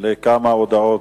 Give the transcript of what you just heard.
לכמה הודעות.